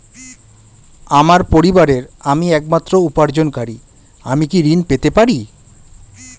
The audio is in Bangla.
আমার পরিবারের আমি একমাত্র উপার্জনকারী আমি কি ঋণ পেতে পারি?